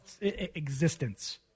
existence